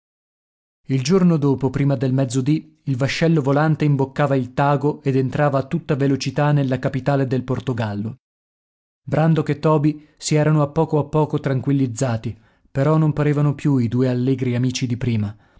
il giorno dopo prima del mezzodì il vascello volante imboccava il tago ed entrava a tutta velocità nella capitale del portogallo brandok e toby si erano a poco a poco tranquillizzati però non parevano più i due allegri amici di prima